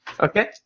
Okay